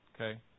Okay